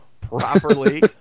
properly